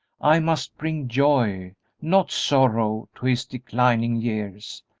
i must bring joy not sorrow to his declining years.